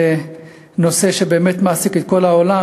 זה נושא שבאמת מעסיק את כל העולם,